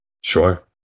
Sure